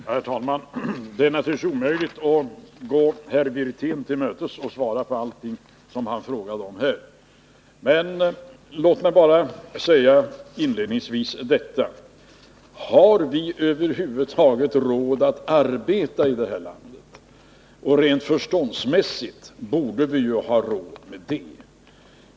Herr talman! Det är naturligtvis omöjligt att gå herr Wirtén till mötes och svara på allting som han frågade om här. Men låt mig bara inledningsvis fråga: Har vi i det här landet över huvud taget råd att arbeta? Rent förståndsmässigt borde vi ha råd med det.